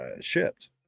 shipped